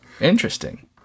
Interesting